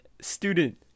student